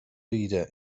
reader